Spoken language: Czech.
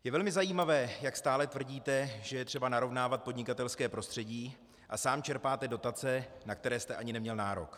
Je velmi zajímavé, jak stále tvrdíte, že je třeba narovnávat podnikatelské prostředí, a sám čerpáte dotace, na které jste ani neměl nárok.